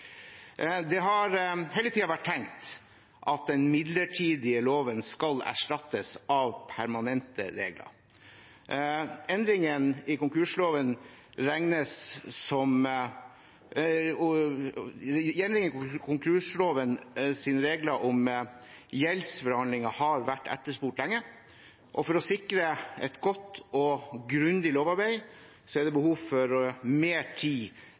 Det har hele tiden vært tenkt at den midlertidige loven skal erstattes av permanente regler. Endringer i konkurslovens regler om gjeldsforhandlinger har vært etterspurt lenge, og for å sikre et godt og grundig lovarbeid er det behov for mer tid